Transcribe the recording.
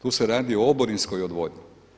Tu se radi o oborinskoj odvodnji.